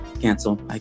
Cancel